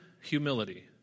humility